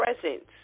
presents